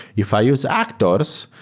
if i use actors,